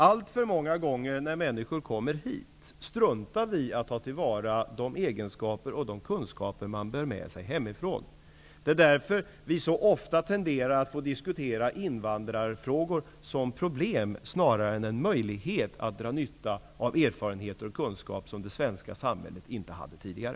Alltför många gånger när människor kommer hit struntar vi i att ta till vara de egenskaper och de kunskaper som de bär med sig hemifrån. Det är därför som vi så ofta tenderar att få diskutera invandrarfrågor som problem snarare än som en möjlighet att dra nytta av erfarenheter och kunskaper som det svenska samhället inte hade tidigare.